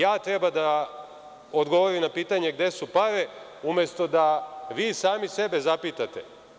Ja treba da odgovorim na pitanje gde su pare, umesto da vi sami sebe zapitate.